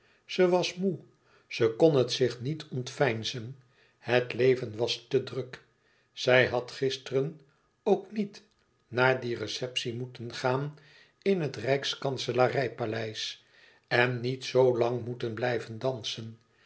ze was moê ze kon het zich niet ontveinzen het leven was te druk zij had gisteren ook niet naar die receptie moeten gaan in het rijkskanselarij paleis en niet zoo lang moeten blijven dansen